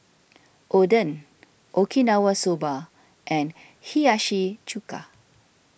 Oden Okinawa Soba and Hiyashi Chuka